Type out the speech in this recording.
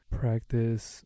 practice